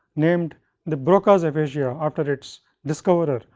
named the broca's aphasia, after its discoverer,